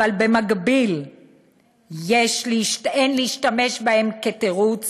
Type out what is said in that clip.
אבל במקביל אין להשתמש בהם כתירוץ